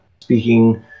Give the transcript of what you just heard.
speaking